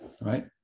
right